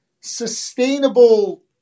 sustainable